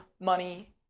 money